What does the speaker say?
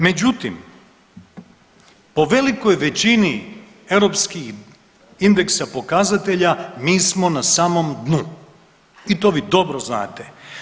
Međutim, o velikoj većini europskih indeksa pokazatelja, mi smo na samom dnu i to vi dobro znate.